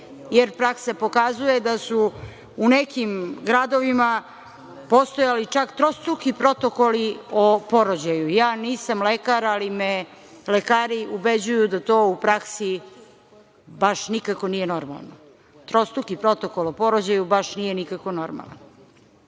jer praksa pokazuje da su u nekim gradovima postojali čak trostruki protokoli o porođaju. Ja nisam lekar, ali me lekari ubeđuju da to u praksi baš nikako nije normalno. Trostruki protokol o porođaju, baš nije nikako normalan. Dakle,